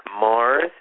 Mars